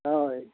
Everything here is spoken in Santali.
ᱦᱳᱭ